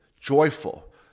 joyful